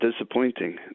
disappointing